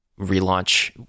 relaunch